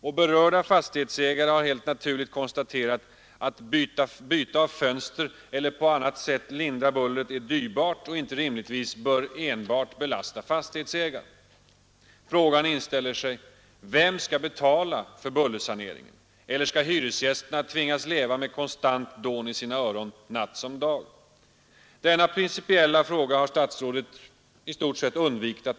Och berörda fastighetsägare har helt naturligt konstaterat att byte av fönster eller åtgärder för att på annat sätt hindra bullret är dyrbara och inte rimligtvis bör enbart belasta fastighetsägaren. Frågan inställer sig: Vem skall betala bullersaneringen? Eller skall hyresgästerna tvingas leva med konstant dån i sina öron — dag som natt? Denna principiella frågeställning har statsrådet i stort sett undvikit.